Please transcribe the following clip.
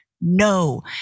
No